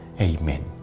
Amen